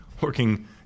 working